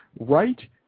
right